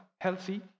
healthy